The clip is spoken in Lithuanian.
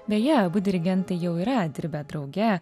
beje abu dirigentai jau yra dirbę drauge